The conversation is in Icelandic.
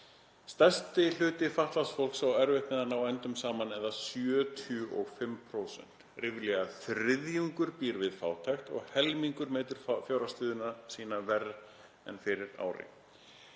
„Stærsti hluti fatlaðs fólks á erfitt með að ná endum saman eða 75 %. Ríflega þriðjungur býr við fátækt og helmingur metur fjárhagsstöðu sína verr en fyrir ári.“